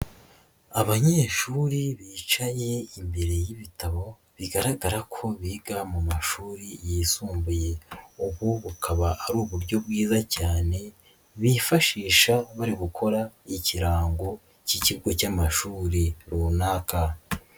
Abanyeshuri bicaye imbere y'ibitabo bigaragara ko biga mu mashuri yisumbuye, ubu bukaba ari uburyo bwiza cyane bifashisha buri gukora ikirango k'ikigo cy'amashuri runaka.